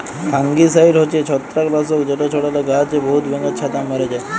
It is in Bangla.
ফাঙ্গিসাইড হছে ছত্রাক লাসক যেট ছড়ালে গাহাছে বহুত ব্যাঙের ছাতা ম্যরে যায়